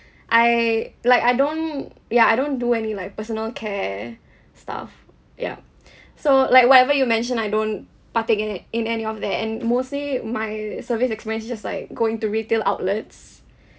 I like I don't ya I don't do any like personal care stuff ya so like whatever you mentioned I don't partake in it in any of that and mostly my service experience is just like going to retail outlets